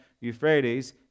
Euphrates